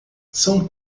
são